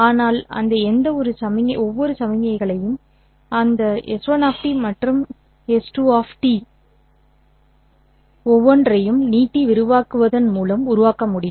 ஆனால் அந்த ஒவ்வொரு சமிக்ஞைகளையும் அந்த s1 மற்றும் s2 ஒவ்வொன்றையும் நீட்டி விரிவாக்குவதன் மூலம் உருவாக்க முடியும்